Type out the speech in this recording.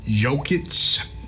Jokic